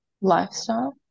lifestyle